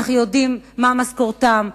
אנחנו יודעים מה משכורתם,